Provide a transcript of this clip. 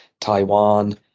Taiwan